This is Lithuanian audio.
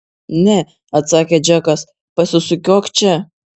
ne atsakė džekas pasisukiok čia